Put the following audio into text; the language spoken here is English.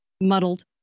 muddled